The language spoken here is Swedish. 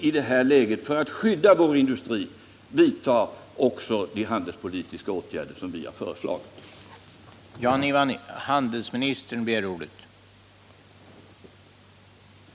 I det läget måste vi för att skydda vår industri vidta också de handelspolitiska åtgärder som vi föreslagit.